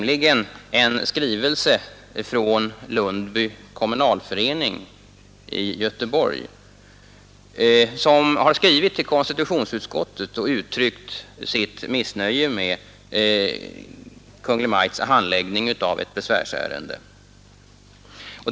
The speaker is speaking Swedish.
Lundby kommunalförening i Göteborg har skrivit till konstitutionsutskottet och uttryckt sitt missnöje med Kungl. Maj:ts handläggning av ett besvärsärende.